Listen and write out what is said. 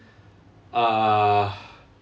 uh